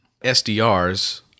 SDRs